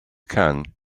can